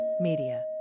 Media